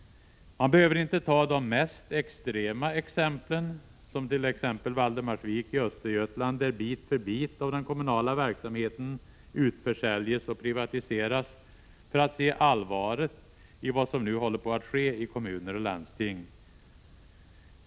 Man behöver inte ta de mest extrema exemplen — som Valdemarsvik i Östergötland, där bit för bit av den kommunala verksamheten utförsäljs och privatiseras — för att se allvaret i vad som nu håller på att ske i kommuner och landsting.